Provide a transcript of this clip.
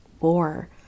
war